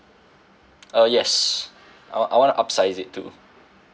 uh yes I want I wanna upsize it too